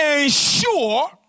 ensure